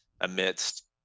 amidst